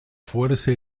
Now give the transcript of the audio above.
fuerza